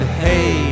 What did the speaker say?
hey